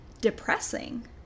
depressing